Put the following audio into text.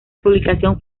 publicación